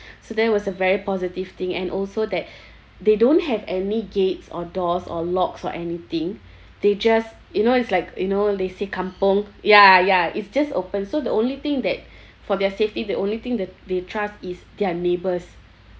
so that was a very positive thing and also that they don't have any gates or doors or locks or anything they just you know it's like you know they say kampung ya ya it's just open so the only thing that for their safety the only thing that they trust is their neighbours